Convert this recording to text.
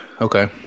Okay